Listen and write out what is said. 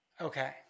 Okay